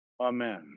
Amen